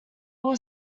will